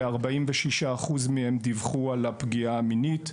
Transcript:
וכ-46% מהם דיווחו על הפגיעה המינית,